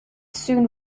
soon